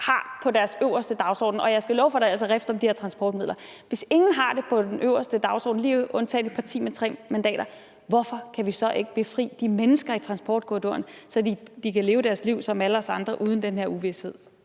på deres dagsorden – og jeg skal love for, at der altså er rift om de her transportmidler – undtagen et parti med 3 mandater, hvorfor kan vi så ikke befri de mennesker i transportkorridoren, så de leve deres liv som alle os andre uden den her uvished?